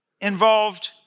involved